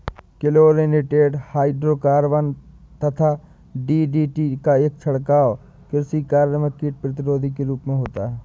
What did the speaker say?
chlorinated hydrocarbon यथा DDT का छिड़काव कृषि कार्य में कीट प्रतिरोधी के रूप में होता है